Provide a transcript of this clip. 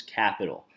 capital